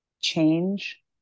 change